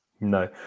No